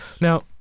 Now